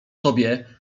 tobie